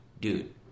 Dude